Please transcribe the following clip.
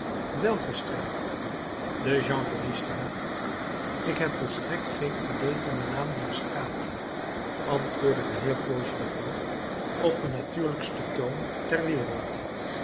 welke straat de chanvreriestraat ik heb volstrekt geen idée van den naam dier straat antwoordde de heer fauchelevent op den natuurlijksten toon ter wereld